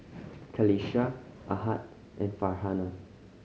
Qalisha Ahad and Farhanah